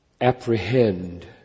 apprehend